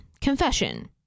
confession